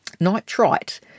nitrite